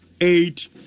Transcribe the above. eight